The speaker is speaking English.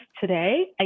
today